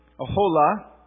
Ahola